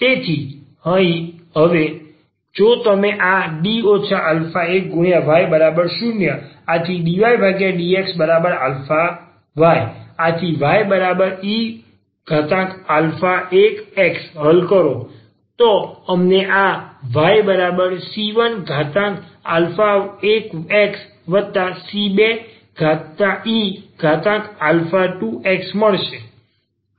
તેથી અહીં હવે જો તમે આ y0⟹dydx1y⟹ye1xહલ કરો તો અમને આ yc1e1xc2e2x મળશે